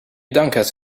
dankas